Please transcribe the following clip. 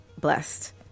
blessed